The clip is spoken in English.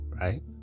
right